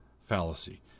fallacy